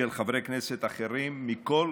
ושל חברי כנסת אחרים מכל